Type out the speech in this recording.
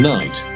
Night